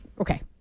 okay